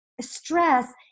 stress